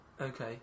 Okay